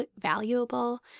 valuable